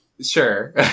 sure